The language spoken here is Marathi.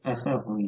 F2 असा होईल